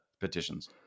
petitions